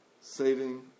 saving